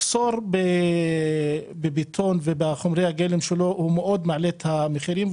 מחסור בבטון ובחומרי הגלם שלו מעלה מאוד את המחירים.